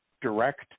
direct